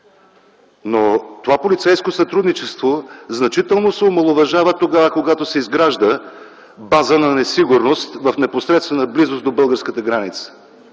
но това полицейско сътрудничество значително се омаловажава тогава, когато се изгражда база на несигурност в непосредствена близост до българската граница.